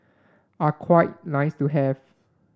are quite nice to have